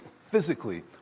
physically